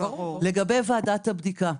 לגבי ועדת הבדיקה,